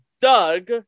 Doug